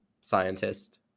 scientist